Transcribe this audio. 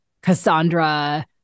Cassandra